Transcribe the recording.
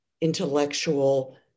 intellectual